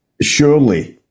surely